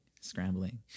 scrambling